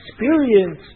experience